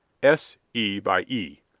s. e. by e.